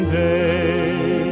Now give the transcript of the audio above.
day